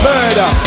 Murder